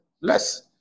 less